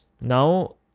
Now